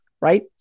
right